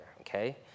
okay